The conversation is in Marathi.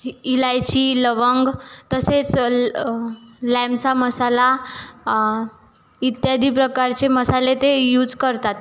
ही इलायची लवंग तसेच ल लॅम्सा मसाला इत्यादी प्रकारचे मसाले ते यूज करतात